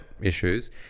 issues